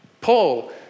Paul